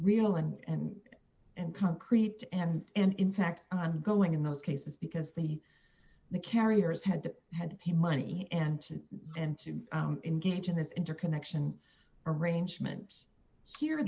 real and and and concrete and in fact ongoing in those cases because they the carriers had to had the money and to and to engage in this interconnection arrangement here